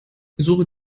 suche